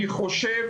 אני חושב